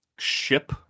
ship